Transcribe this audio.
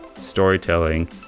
storytelling